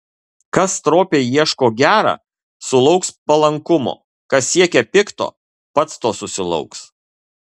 kas stropiai ieško gera sulauks palankumo kas siekia pikto pats to susilauks